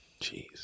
Jeez